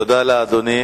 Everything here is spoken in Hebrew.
תודה לאדוני.